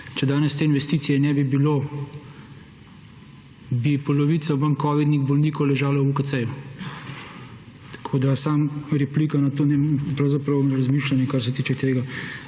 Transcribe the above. Če danes te investicije ne bi bilo, bi polovico vam Covidnih bolnikov ležalo v UKC. Tako da samo replika na to pravzaprav razmišljanje, kar se tiče tega.